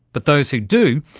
but those who do,